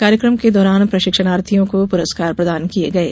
कार्यकम के दौरान प्रशिक्षणार्थियों को प्रस्कार प्रदान किये गये